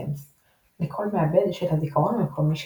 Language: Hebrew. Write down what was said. – לכל מעבד יש את הזיכרון המקומי שלו.